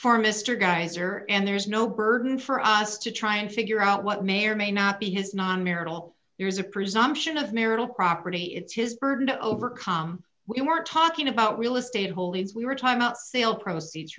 mr geyser and there's no burden for us to try and figure out what may or may not be his non marital there's a presumption of marital property it's his burden to overcome we weren't talking about real estate holdings we were talking about sale proceeds